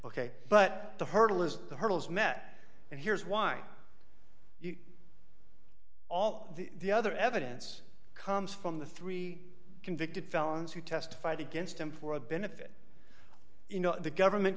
ok but the hurdle is the hurdles met and here's why all the other evidence comes from the three convicted felons who testified against him for a benefit you know the government